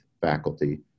faculty